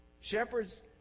Shepherds